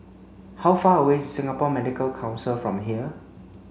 how far away is Singapore Medical Council from here